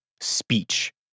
speech